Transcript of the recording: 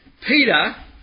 Peter